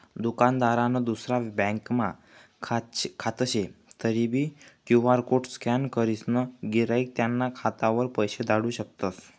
दुकानदारनं दुसरा ब्यांकमा खातं शे तरीबी क्यु.आर कोड स्कॅन करीसन गिराईक त्याना खातावर पैसा धाडू शकतस